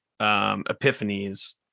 Epiphanies